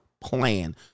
plan